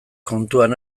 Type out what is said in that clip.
kontuan